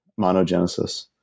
monogenesis